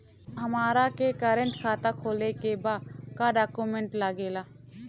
हमारा के करेंट खाता खोले के बा का डॉक्यूमेंट लागेला?